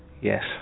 yes